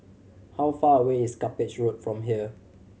how far away is Cuppage Road from here